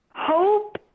Hope